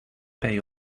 pay